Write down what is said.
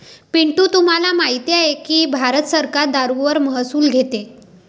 पिंटू तुम्हाला माहित आहे की भारत सरकार दारूवर महसूल घेते